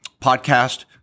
podcast